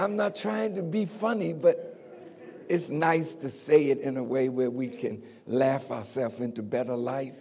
i'm not trying to be funny but it's nice to say it in a way where we can laugh ourself into better life